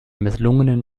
misslungenen